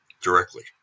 directly